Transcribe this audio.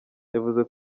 yavuze